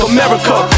America